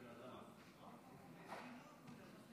אדוני היושב-ראש, חבריי חברי הכנסת,